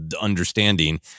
understanding